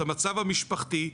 את המצב המשפחתי,